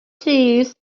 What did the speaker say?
cheese